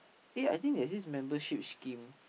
eh I think there is membership scheme